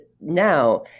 now